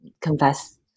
confess